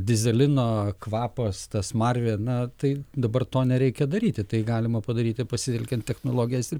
dyzelino kvapas ta smarvė na tai dabar to nereikia daryti tai galima padaryti pasitelkiant technologijas ir